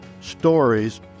stories